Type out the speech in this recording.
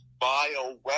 bioweapon